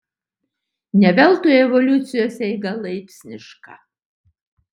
ne veltui evoliucijos eiga laipsniška